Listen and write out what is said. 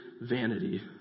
vanity